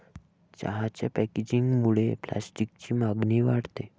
चहाच्या पॅकेजिंगमुळे प्लास्टिकची मागणी वाढते